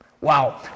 Wow